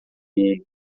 mundo